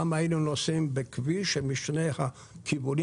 פעם היינו נוסעים בכביש שמשני הכיוונים